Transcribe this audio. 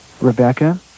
Rebecca